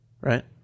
Right